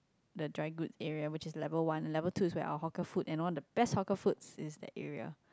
the dry goods area which is level one level two is where our hawker food and the best hawker foods in that area